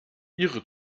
ihre